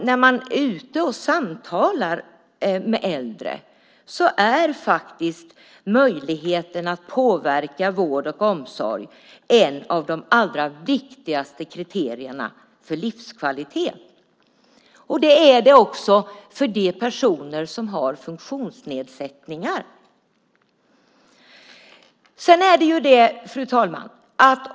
När man samtalar med äldre hör man att möjligheten att påverka vård och omsorg faktiskt är ett av de allra viktigaste kriterierna för livskvalitet. Det är det också för de personer som har funktionsnedsättningar. Fru talman!